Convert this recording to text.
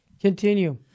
Continue